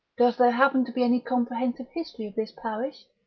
does there happen to be any comprehensive history of this parish?